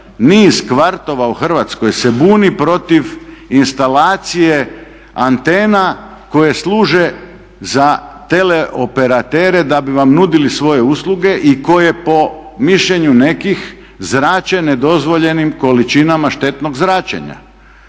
niz kvartova u Hrvatskoj se buni protiv instalacije antena koje služe za teleoperatere da bi vam nudili svoje usluge i koje po mišljenju nekih zrače nedozvoljenim količinama štetnog zračenja.